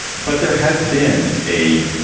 but there has been a,